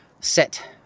set